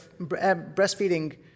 breastfeeding